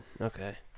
Okay